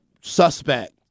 suspect